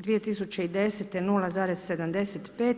2010. 0,75,